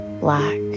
Black